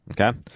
Okay